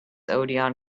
odeon